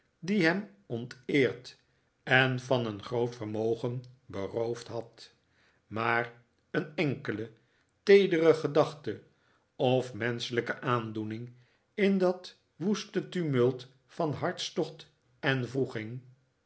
die hem onteerd en van een groot vermogen beroofd had maar een enkele teedere gedachte of menschelijke aandoening in dat woeste tumult van hartstocht en wroeging